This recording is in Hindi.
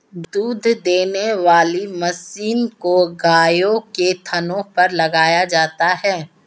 दूध देने वाली मशीन को गायों के थनों पर लगाया जाता है